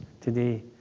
today